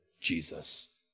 Jesus